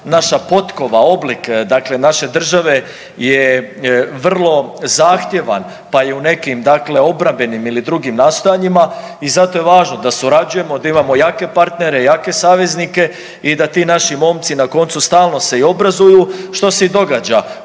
naša potkova, oblik dakle naše države je vrlo zahtjevan pa i u nekim dakle obrambenim ili drugim nastojanjima i zato je važno da surađujemo, da imamo jake partnere, jake saveznike i da ti naši momci na koncu stalno se i obrazuju. Što se i događa.